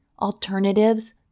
alternatives